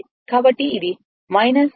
కాబట్టి ఇది 1